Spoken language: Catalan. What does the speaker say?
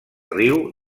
riu